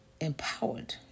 empowered